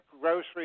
grocery